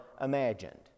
imagined